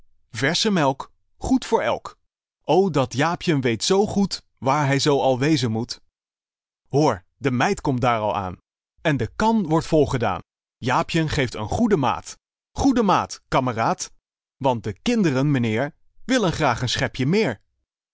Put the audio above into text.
versche melk goed voor elk o dat jaapjen weet zoo goed waar hij zoo al wezen moet hoor de meid komt daar al aan en de kan wordt volgedaan jaapjen geeft een goede maat goede maat kameraad want de kinderen meneer willen graag een schepje meer